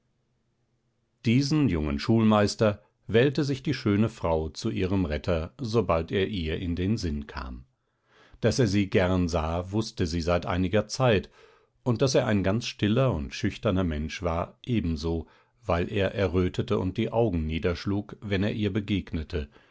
diesen jungen schulmeister wählte sich die schöne frau zu ihrem retter sobald er ihr in den sinn kam daß er sie gern sah wußte sie seit einiger zeit und daß er ein ganz stiller und schüchterner mensch war ebenso weil er errötete und die augen niederschlug wenn er ihr begegnete